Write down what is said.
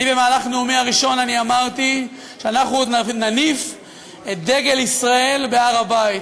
במהלך נאומי הראשון אמרתי שאנחנו עוד נניף את דגל ישראל בהר-הבית.